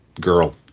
girl